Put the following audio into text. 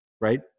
right